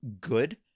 good